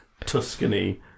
Tuscany